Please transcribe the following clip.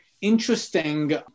interesting